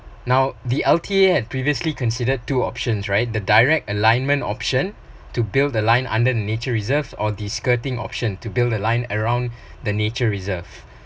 now the L_T_A had previously considered two options right the direct alignment option to build the line under nature reserve or the skirting option to build a line around the nature reserve